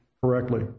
correctly